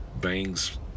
bangs